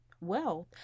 wealth